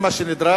זה מה שנדרש,